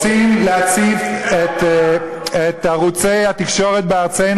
רוצים להציף את ערוצי התקשורת בארצנו